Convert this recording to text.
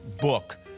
book